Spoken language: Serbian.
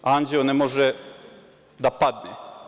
Anđeo ne može da padne.